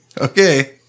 Okay